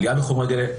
עלייה בחומרי הגלם,